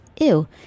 Ew